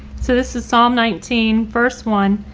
so this is psalm nineteen. first one,